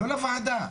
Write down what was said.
לא לוועדה,